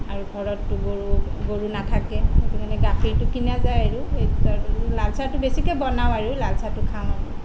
আৰু ঘৰততো গৰু গৰু নাথাকেই সেইটো কাৰণে গাখীৰটো কিনা যায় আৰু সেইটো কাৰণে লাল চাহটো বেছিকৈ বনাওঁ আৰু লাল চাহটো খাওঁ